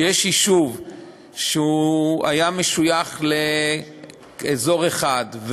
שיש יישוב שהיה משויך לאזור אחד,